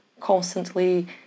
constantly